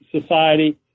society